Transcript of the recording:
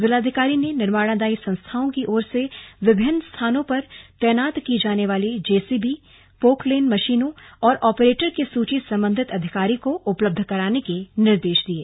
जिलाधिकारी ने निर्माणदायी संस्थाओं की ओर से विभिन्न स्थानों पर तैनात की जाने वाली जेसीबी पोकलेन मशीनों और आपरेटर की सूची संबंधित अधिकारी को उपलब्ध कराने के निर्देश दिये